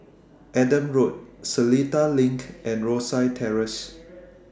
Adam Road Seletar LINK and Rosyth Terrace